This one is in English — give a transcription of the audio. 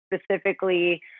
specifically